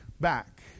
back